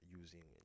using